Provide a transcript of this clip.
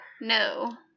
No